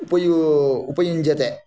उपयुञ्जते